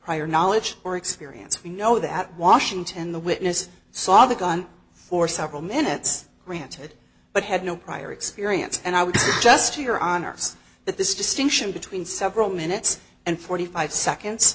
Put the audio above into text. prior knowledge or experience we know that washington the witness saw the gun for several minutes granted but had no prior experience and i would just to your honor's that this distinction between several minutes and forty five seconds